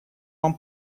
вам